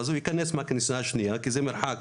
אז הוא ייכנס מהכניסה השנייה, כי זה מרחק